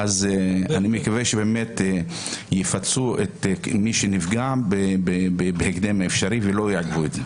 אז אני מקווה שבאמת יפצו את מי שנפגע בהקדם האפשרי ולא יעכבו את זה.